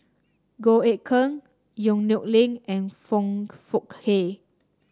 Goh Eck Kheng Yong Nyuk Lin and Foong Fook Kay